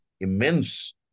immense